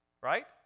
Right